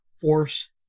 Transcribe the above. force